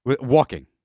walking